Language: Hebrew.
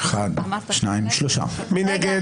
מי נגד?